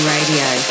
Radio